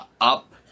up